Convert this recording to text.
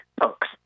books